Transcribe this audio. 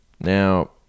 now